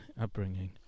upbringing